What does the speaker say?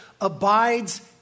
abides